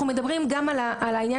אנחנו מדברים גם על השיטות,